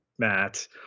Matt